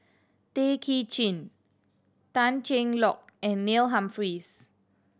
Tay Kay Chin Tan Cheng Lock and Neil Humphreys